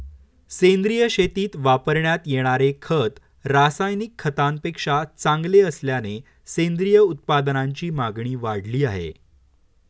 सेंद्रिय शेतीत वापरण्यात येणारे खत रासायनिक खतांपेक्षा चांगले असल्याने सेंद्रिय उत्पादनांची मागणी वाढली आहे